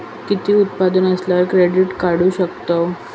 किती उत्पन्न असल्यावर क्रेडीट काढू शकतव?